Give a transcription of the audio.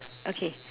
okay